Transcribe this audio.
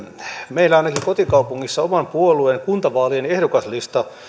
meillä ainakin kotikaupungissa oman puolueen kuntavaalien ehdokaslista